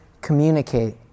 communicate